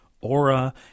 aura